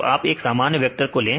तो आप एक सामान्य वेक्टर ले